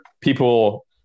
people